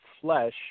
flesh